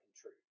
true